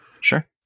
Sure